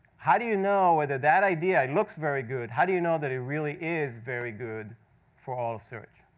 how do you know whether that idea, it looks very good, how do you know that it really is very good for all search?